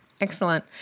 Excellent